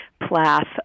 Plath